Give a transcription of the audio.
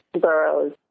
boroughs